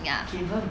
children